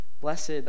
Blessed